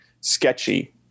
sketchy